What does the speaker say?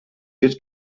wird